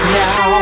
now